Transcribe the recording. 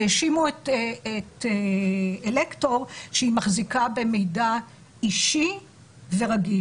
והאשימו את "אלקטור" שהיא מחזיקה במידע אישי ורגיש.